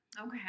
Okay